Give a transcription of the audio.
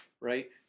right